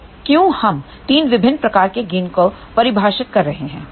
तो क्यों हम 3 विभिन्न प्रकार के गेन को परिभाषित कर रहे है